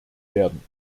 werden